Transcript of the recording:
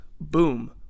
boom